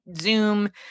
Zoom